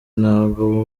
ntabwo